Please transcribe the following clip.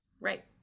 Right